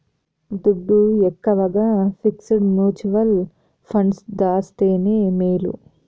దుడ్డు ఎక్కవగా fixed mutual funds దాస్తేనే మేలు